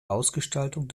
ausgestaltung